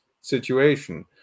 situation